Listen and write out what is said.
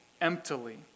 emptily